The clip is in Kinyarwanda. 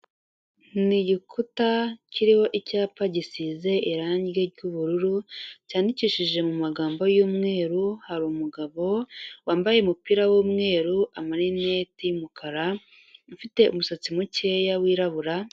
Ni gikuta kiriho icyapa gisize irangi ry'ubururu, cyandikishije mu magambo y'umweru, hari umugabo wambaye umupira w'umweru, amarinete y'umukara, ufite umusatsi mukeya wirabura.